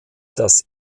das